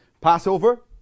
Passover